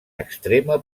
extrema